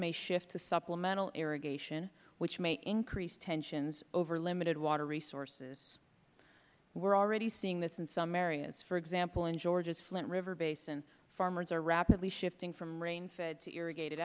may shift to supplemental irrigation which may increase tensions over limited water resources we are already seeing this in some areas for example in georgia's flint river basin farmers are rapidly shifting from rain fed to irrigated